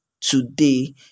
today